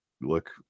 look